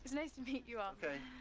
nice to meet you all. okay.